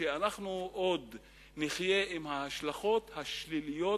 שאנחנו עוד נחיה עם ההשלכות השליליות